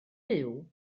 byw